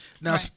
Now